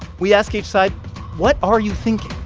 we ask each side what are you thinking?